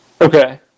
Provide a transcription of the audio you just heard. okay